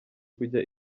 kujya